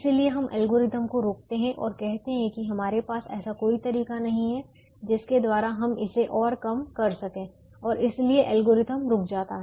इसलिए हम एल्गोरिथ्म को रोकते हैं और कहते हैं कि हमारे पास ऐसा कोई तरीका नहीं है जिसके द्वारा हम इसे और कम कर सकें और इसलिए एल्गोरिथ्म रुक जाता है